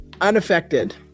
unaffected